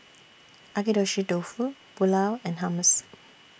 Agedashi Dofu Pulao and Hummus